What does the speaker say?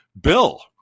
Bill